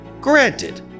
Granted